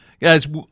guys